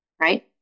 right